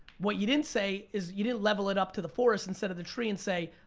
what you didn't say is you didn't level it up to the forest instead of the tree and say,